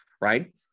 right